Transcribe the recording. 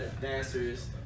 dancers